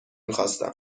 میخواستم